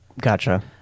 Gotcha